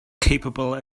capable